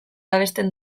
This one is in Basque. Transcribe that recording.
abesten